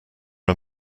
are